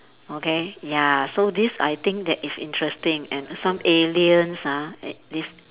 okay ya so this I think that is interesting and some aliens ah this